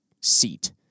seat